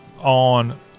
on